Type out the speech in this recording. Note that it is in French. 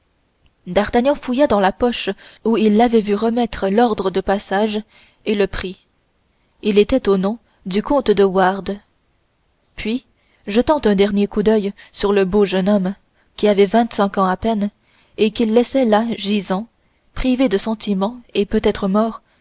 d'artagnan fouilla dans la poche où il l'avait vu remettre l'ordre de passage et le prit il était au nom du comte de wardes puis jetant un dernier coup d'oeil sur le beau jeune homme qui avait vingt-cinq ans à peine et qu'il laissait là gisant privé de sentiment et peut-être mort